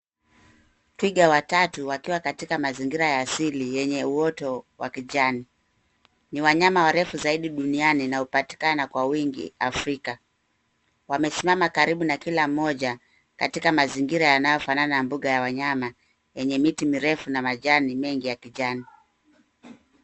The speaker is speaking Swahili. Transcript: Twiga watatu wakiwa katika mazingira ya asili yenye uoto wa kijani. Ni wanyama warefu zaidi duniani na wanapatikana kwa wingi Afrika wamesimama karibu na kila mmoja katika mazingira yanayofanana na mbuga ya wanyama yenye miti mirefu na majani mengi ya kijani.